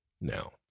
Now